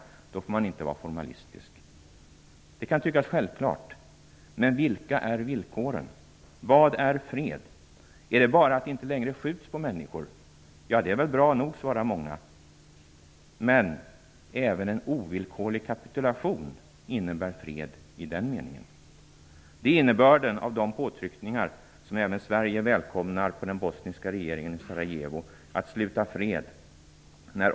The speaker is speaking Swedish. Då får man inte vara formalistisk. Det kan tyckas självklart. Men vilka är villkoren? Vad är fred? Är det bara att det inte längre skjuts på människor? Ja, det är väl bra nog, svarar många. Men även en ovillkorlig kapitulation innebär fred i den meningen. Det är innebörden av de påtryckningar på den bosniska regeringen i Sarajevo att sluta fred som även Sverige välkomnar.